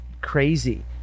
crazy